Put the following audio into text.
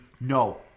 no